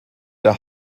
der